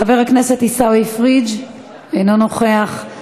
חבר הכנסת עיסאווי פריג' אינו נוכח.